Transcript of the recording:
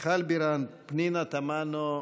מיכל בירן, פנינה תמנו,